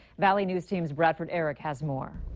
valley news team's bradford arick has more.